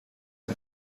die